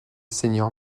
senior